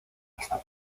hasta